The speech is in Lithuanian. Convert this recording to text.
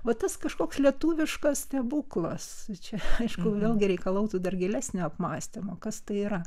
va tas kažkoks lietuviškas stebuklas čia aišku vėl gi reikalautų dar gilesni apmąstymo kas tai yra